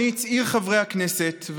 אני צעיר חברי הכנסת,